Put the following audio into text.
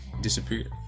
disappeared